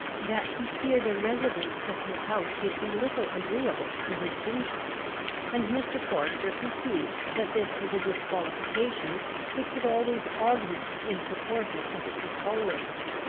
that he feared a residence at his house would be little agreeable to his kinsman and mr. forester conceived that this was a disqualification which would always augment in proportion as it was tolerated,